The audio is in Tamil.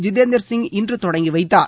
ஜிதேந்திர சிய் இன்று தொடங்கி வைத்தார்